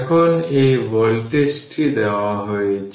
এখন এই ভোল্টেজটি দেওয়া হয়েছে